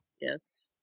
Yes